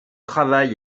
travail